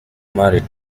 married